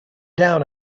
down